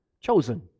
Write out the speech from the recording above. Chosen